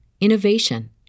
innovation